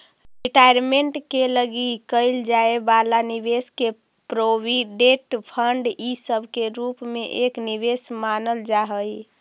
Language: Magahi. रिटायरमेंट के लगी कईल जाए वाला निवेश के प्रोविडेंट फंड इ सब के रूप में एक निवेश मानल जा हई